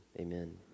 amen